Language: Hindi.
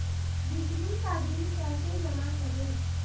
बिजली का बिल कैसे जमा करें?